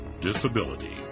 disability